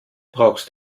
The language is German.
brauchst